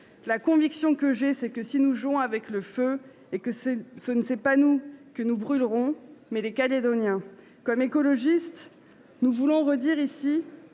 La conviction que j’ai, c’est que si nous jouons avec le feu, ce n’est pas nous que nous brûlerons, mais les Calédoniens. Comme écologistes, nous voulons redire ici